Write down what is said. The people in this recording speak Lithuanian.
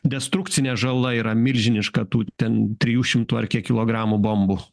destrukcinė žala yra milžiniška tu ten trijų šimtų ar kiek kilogramų bombų